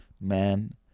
man